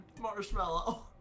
Marshmallow